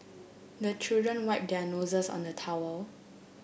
the children wipe their noses on the towel